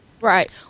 right